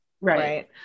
right